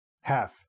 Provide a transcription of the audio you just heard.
Half